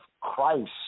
Christ